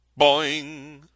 Boing